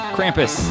Krampus